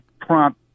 prompt